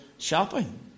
Shopping